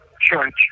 church